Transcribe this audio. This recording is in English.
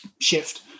shift